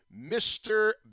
Mr